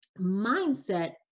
mindset